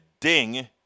ding